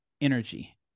energy